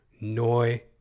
Noi